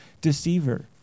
deceiver